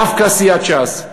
דווקא סיעת ש"ס,